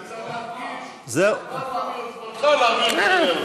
צריך להדגיש, ביוזמתך להעביר את החוק הזה.